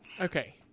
Okay